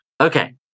Okay